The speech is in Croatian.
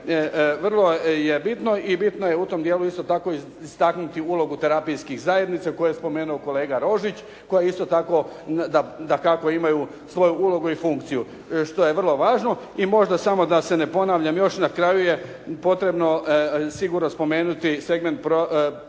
vrlo je bitno i bito je u tom dijelu isto tako istaknuti ulogu terapijskih zajednica koje je spomenuo kolega Rožić koje isto tako dakako imaju svoju ulogu i funkciju, što je vrlo važno. I možda samo da se ne ponavljam na kraju je potrebno sigurno spomenuti segment projekta